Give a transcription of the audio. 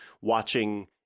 watching